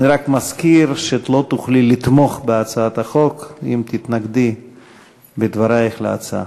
אני רק מזכיר שלא תוכלי לתמוך בהצעת החוק אם תתנגדי בדברייך להצעה.